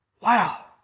Wow